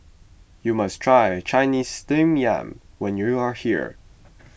you must try Chinese Steamed Yam when you are here